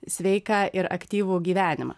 sveiką ir aktyvų gyvenimą